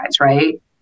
right